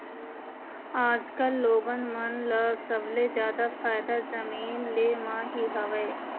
आजकल लोगन मन ल सबले जादा फायदा जमीन ले म ही हवय